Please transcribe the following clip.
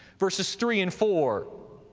verses three and four.